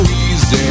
easy